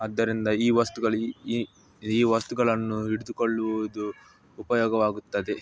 ಆದ್ದರಿಂದ ಈ ವಸ್ತುಗಳು ಈ ಈ ಈ ವಸ್ತುಗಳನ್ನು ಹಿಡಿದುಕೊಳ್ಳುವುದು ಉಪಯೋಗವಾಗುತ್ತದೆ